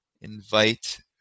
invite